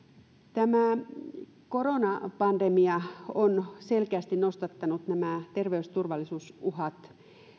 tämä koronapandemia on selkeästi nostattanut nämä terveysturvallisuusuhat